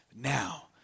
Now